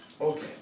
Okay